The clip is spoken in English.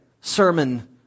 sermon